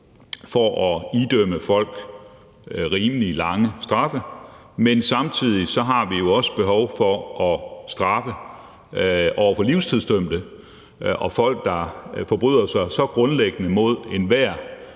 for at idømme folk rimelig lange straffe. Men samtidig har vi jo også behov for at straffe livstidsdømte og folk, der forbryder sig så grundlæggende mod enhver